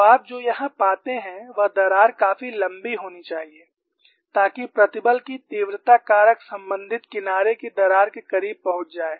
तो आप जो यहां पाते हैं वह दरार काफी लंबी होनी चाहिए ताकि प्रतिबल की तीव्रता कारक संबंधित किनारे की दरार के करीब पहुंच जाए